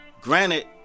granted